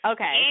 Okay